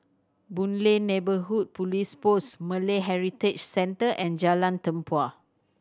Boon Lay Neighbourhood Police Post Malay Heritage Centre and Jalan Tempua